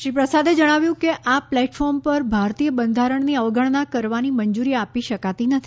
શ્રી પ્રસાદે જણાવ્યું કે આ પ્લેટફોર્મ પર ભારતીય બંધારણની અવગણના કરવાની મંજૂરી આપી શકાતી નથી